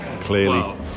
Clearly